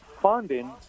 funding